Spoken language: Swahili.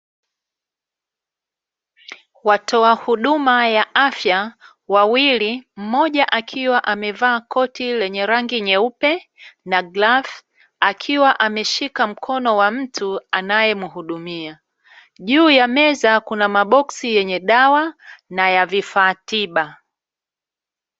Watoa huduma ya afya wawili, mmoja akiwa amevaa koti lenye rangi nyeupe na glavu akiwa ameshika mkono wa mtu anayemuhudumia. Juu ya meza kuna maboksi yenye dawa na ya vifaa tiba.